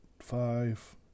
five